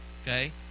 Okay